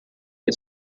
che